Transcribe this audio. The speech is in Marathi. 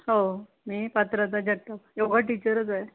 हो मी पात्रता जगताप योगा टीचरच आहे